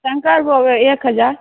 शङ्करभोग एक हजार